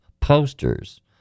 posters